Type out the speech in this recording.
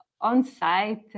on-site